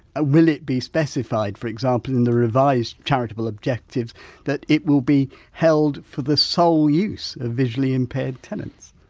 ah will it be specified, for example, in the revised charitable objectives that it will be held for the sole use of visually impaired tenants?